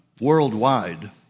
worldwide